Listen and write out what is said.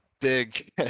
big